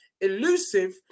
Elusive